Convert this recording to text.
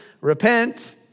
repent